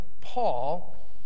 Paul